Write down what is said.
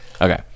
Okay